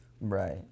Right